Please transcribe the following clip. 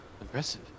Impressive